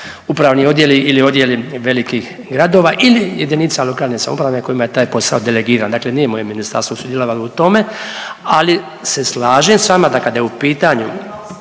upravni odjeli ili odjeli velikih gradova ili jedinica lokalne samouprave kojima je taj posao delegiran. Dakle, nije moje ministarstvo sudjelovalo u tome, ali se slažem s vama da kada je u pitanju,